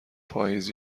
پاییز